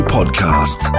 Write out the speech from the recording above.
Podcast